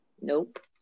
Nope